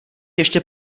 ještě